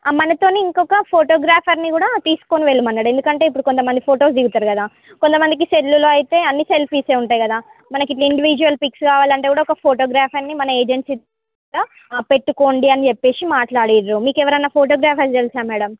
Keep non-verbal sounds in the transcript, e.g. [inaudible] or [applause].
మనతోని ఇంకొక ఫోటోగ్రాఫర్ని కూడా తీసుకొని వెళ్ళమన్నాడు ఎందుకంటే ఇప్పుడు కొంతమంది ఫోటోస్ దిగుతారు కదా కొంతమందికి సెల్లులో అయితే అన్నీసెల్ఫీసే ఉంటాయి కదా మనకిట్ల ఇండివిడ్యువల్ పిక్స్ కావాలంటే కూడా ఒక ఫోటోగ్రాఫర్ని మన ఏజెన్సీ [unintelligible] పెట్టుకోండి అని చెప్పేసి మాట్లాడారు మీకెవరన్నా ఫోటోగ్రాఫర్ తెలుసా మేడం